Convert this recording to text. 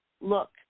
Look